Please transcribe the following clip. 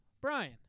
Brian